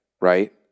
right